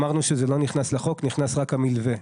אמרנו שזה לא נכנס לחוק, נכנס רק המלווה,